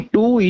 two